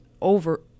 over